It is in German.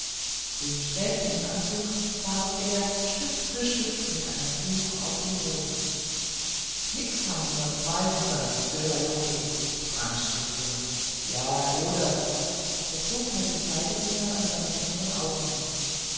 den sträflingsanzug warf er stück für stück mit einem fluch auf den boden nix hamms mer beweisen könna dö hallodri brandstiftung ja doder er zog mit dem zeigefinger an seinem unteren augenlid